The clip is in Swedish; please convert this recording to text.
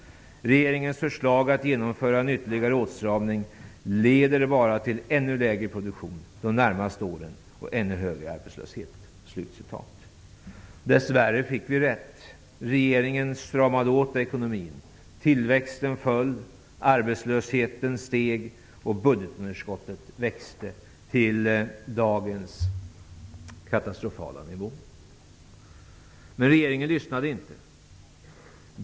Regeringens förslag att genomföra en ytterligare åtstramning leder bara till ännu lägre produktion de närmaste åren och ännu högre arbetslöshet.'' Dess värre fick vi rätt. Regeringen stramade åt ekonomin. Tillväxten föll. Arbetslösheten ökade. Budgetunderskottet växte till dagens katastrofala nivå. Men regeringen lyssnade inte.